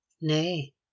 Nay